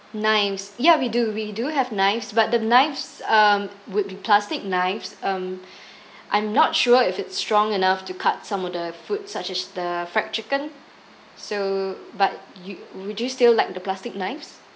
knives ya we do we do have knives but the knives um would be plastic knives um I'm not sure if it's strong enough to cut some of the food such as the fried chicken so but you would you still like the plastic knives